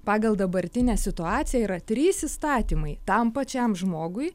pagal dabartinę situaciją yra trys įstatymai tam pačiam žmogui